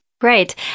Great